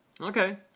okay